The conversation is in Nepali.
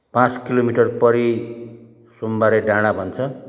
पाँच किलोमिटर परी सोमबारे डाँडा भन्छ